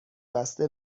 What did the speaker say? بسته